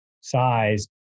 size